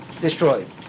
destroyed